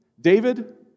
David